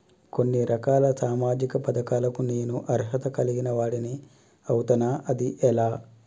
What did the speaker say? కొన్ని రకాల సామాజిక పథకాలకు నేను అర్హత కలిగిన వాడిని అవుతానా? అది ఎలా?